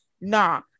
nah